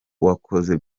wakoze